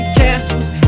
castles